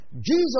Jesus